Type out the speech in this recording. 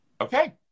Okay